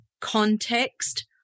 context